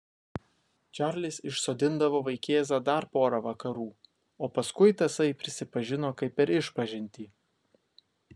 čarlis išsodindavo vaikėzą dar pora vakarų o paskui tasai prisipažino kaip per išpažintį